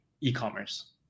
e-commerce